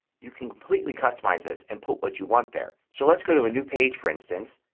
you can completely customize this and put what you want there. so let's go to a new page, for instance,